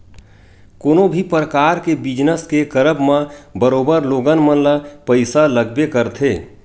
कोनो भी परकार के बिजनस के करब म बरोबर लोगन मन ल पइसा लगबे करथे